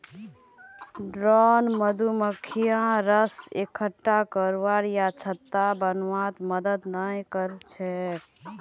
drone मधुमक्खी रस इक्कठा करवा या छत्ता बनव्वात मदद नइ कर छेक